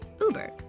Uber